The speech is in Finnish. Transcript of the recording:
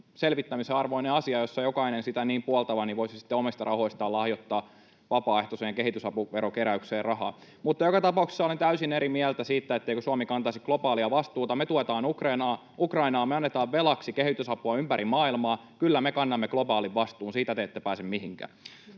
selvittämisen arvoinen asia, jossa jokainen sitä niin puoltava voisi sitten omista rahoistaan lahjoittaa vapaaehtoiseen kehitysapuverokeräykseen rahaa. Mutta joka tapauksessa olen täysin eri mieltä siitä, etteikö Suomi kantaisi globaalia vastuuta. Me tuetaan Ukrainaa, me annetaan velaksi kehitysapua ympäri maailmaa. Kyllä me kannamme globaalin vastuun, siitä te ette pääse mihinkään.